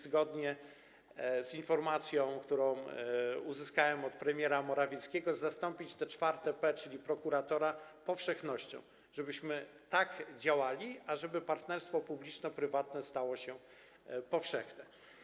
Zgodnie z informacją, którą uzyskałem od premiera Morawieckiego, zastąpimy to czwarte „p”, czyli prokuratora, powszechnością, żebyśmy tak działali, ażeby partnerstwo publiczno-prywatne stało się powszechne.